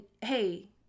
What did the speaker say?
hey